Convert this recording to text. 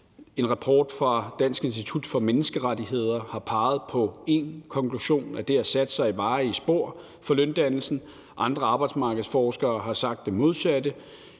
En rapport fra Institut for Menneskerettigheder i Danmark har peget på én konklusion: at det har sat sig varige spor i løndannelsen. Andre arbejdsmarkedsforskere har sagt det modsatte.